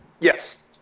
Yes